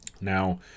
Now